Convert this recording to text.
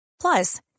Plus